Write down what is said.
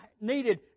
needed